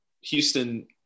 Houston